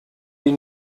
die